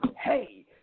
Hey